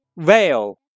veil